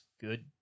good